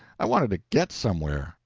i wanted to get somewhere.